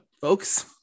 folks